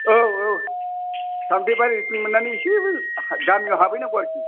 औ औ सामथायबारिसिम मोन्नानै एसे बै गामिआव हाबहैनांगौ आरोखि